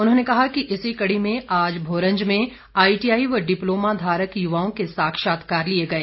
उन्होंने कहा कि इसी कड़ी में आज भोरंज में आईटीआई व डिप्लोमा धारक युवाओं के साक्षात्कार लिए गए